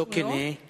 לא כנה.